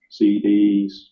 CDs